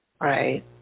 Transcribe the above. Right